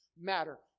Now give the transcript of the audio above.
matter